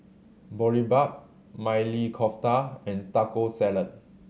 Boribap Maili Kofta and Taco Salad